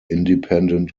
independent